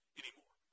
anymore